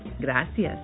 Gracias